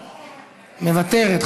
מוותרת,